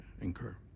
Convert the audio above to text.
incur